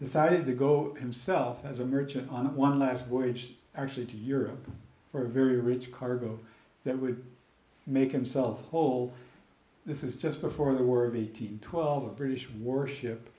decided to go himself as a merchant on one last voyage actually to europe for a very rich cargo that would make himself whole this is just before the work of eighteen twelve a british warship